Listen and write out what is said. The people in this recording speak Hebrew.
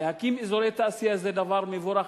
להקים אזורי תעשייה זה דבר מבורך.